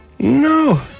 No